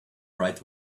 right